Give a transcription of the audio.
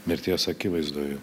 mirties akivaizdoj jau